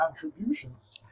contributions